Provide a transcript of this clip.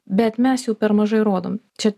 bet mes jų per mažai rodom čia